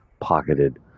pocketed